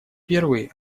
первый